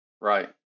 Right